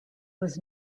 was